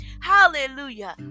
hallelujah